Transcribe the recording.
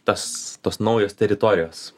tas tos naujos teritorijos